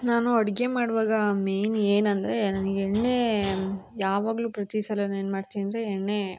ನಾನು ಅಡುಗೆ ಮಾಡುವಾಗ ಮೇಯ್ನ್ ಏನಂದರೆ ನನಗ್ ಎಣ್ಣೆ ಯಾವಾಗಲೂ ಪ್ರತೀ ಸಲವೂ ಏನ್ಮಾಡ್ತೀನ್ ಅಂದರೆ ಎಣ್ಣೆ